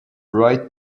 roy